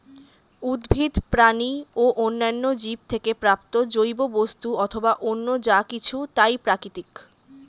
উদ্ভিদ, প্রাণী ও অন্যান্য জীব থেকে প্রাপ্ত জৈব বস্তু অথবা অন্য যা কিছু তাই প্রাকৃতিক